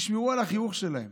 תשמרו על החיוך שלהם,